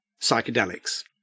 psychedelics